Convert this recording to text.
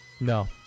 No